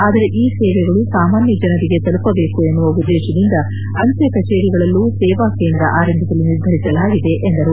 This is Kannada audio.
ಆದರೆ ಈ ಸೇವೆಗಳು ಸಾಮಾನ್ನ ಜನರಿಗೆ ತಲುಪಬೇಕು ಎನ್ನುವ ಉದ್ದೇಶದಿಂದ ಅಂಚೆ ಕಚೇರಿಗಳಲ್ಲೂ ಸೇವಾ ಕೇಂದ್ರ ಆರಂಭಿಸಲು ನಿರ್ಧರಿಸಲಾಗಿದೆ ಎಂದರು